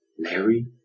Larry